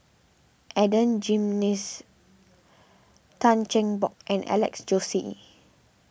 Adan Jimenez Tan Cheng Bock and Alex Josey